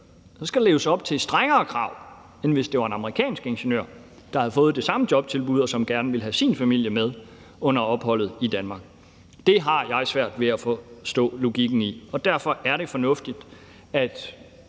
skal leve op til strengere krav, end hvis det var en amerikansk ingeniør, der havde fået det samme jobtilbud, og som gerne ville have sin familie med under opholdet i Danmark. Det har jeg svært ved at forstå logikken i, og derfor er det fornuftigt, at